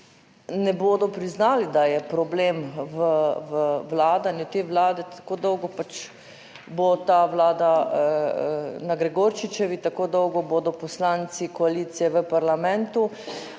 ne bodo priznali, da je problem v vladanju te vlade, tako dolgo pač bo ta vlada na Gregorčičevi tako dolgo bodo poslanci koalicije v parlamentu,